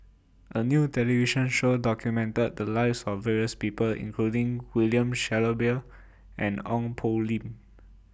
A New television Show documented The Lives of various People including William Shellabear and Ong Poh Lim